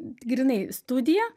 grynai studiją